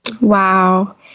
Wow